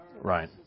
right